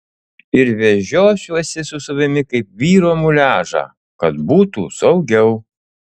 ir vežiosiuosi su savimi kaip vyro muliažą kad būtų saugiau